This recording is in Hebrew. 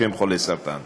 שהם חולי סרטן.